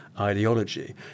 ideology